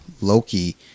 Loki